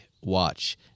watch